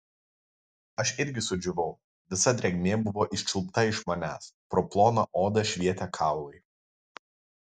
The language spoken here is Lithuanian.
aš irgi sudžiūvau visa drėgmė buvo iščiulpta iš manęs pro ploną odą švietė kaulai